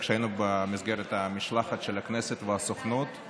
כשהיינו במסגרת המשלחת של הכנסת והסוכנות.